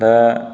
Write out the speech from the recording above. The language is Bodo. दा